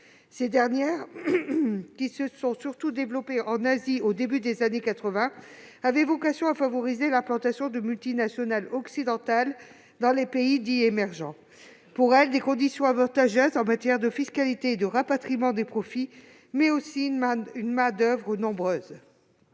Ces dernières, surtout développées en Asie au début des années 1980, avaient vocation à favoriser l'implantation de multinationales occidentales dans les pays dits « émergents ». Ces dernières y bénéficiaient de conditions avantageuses en matière de fiscalité et de rapatriement des profits, mais aussi d'une main-d'oeuvre nombreuse.